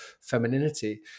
femininity